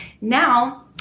now